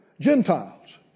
Gentiles